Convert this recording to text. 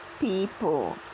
people